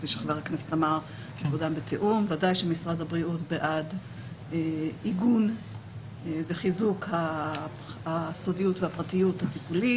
משרד הבריאות בעד עיגון וחיזוק הסודיות והפרטיות הטיפולית.